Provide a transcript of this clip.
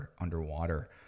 underwater